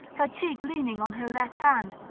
her cheek leaning on her left hand,